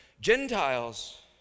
Gentiles